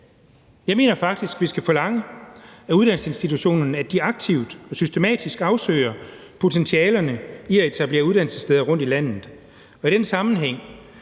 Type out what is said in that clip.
Jeg mener faktisk, at vi skal forlange af uddannelsesinstitutionerne, at de aktivt og systematisk afsøger potentialerne i at etablere uddannelsessteder rundt i landet. I den sammenhæng